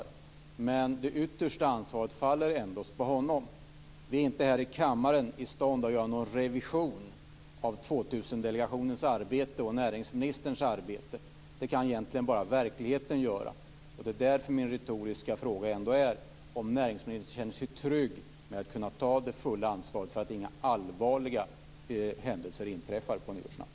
Det faller inte bara på honom, men det yttersta ansvaret faller ändå på honom. Vi är inte här i kammaren i stånd att göra någon revision av 2000-delegationens och näringsministerns arbete. Det kan egentligen bara verkligheten göra. Det är därför min retoriska fråga ändå är om näringsministern känner sig trygg att kunna ta det fulla ansvaret för att inga allvarliga händelser inträffar på nyårsnatten.